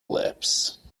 lips